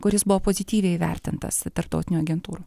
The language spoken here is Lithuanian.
kuris buvo pozityviai įvertintas tarptautinių agentūrų